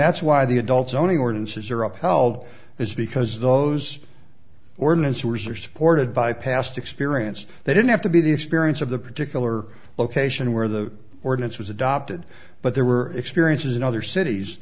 that's why the adults only ordinances are upheld is because those ordinance were supported by past experience they didn't have to be the experience of the particular location where the ordinance was adopted but there were experiences in other cities